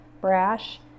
brash